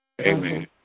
Amen